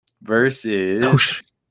versus